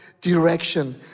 direction